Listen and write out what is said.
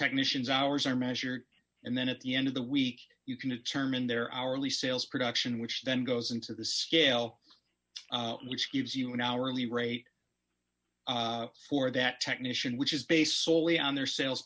technicians hours are measured and then at the end of the week you can determine their hourly sales production which then goes into the scale which gives you an hourly rate for that technician which is based soley on their sales